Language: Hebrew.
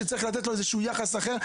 שצריך לתת לו יחס אחר,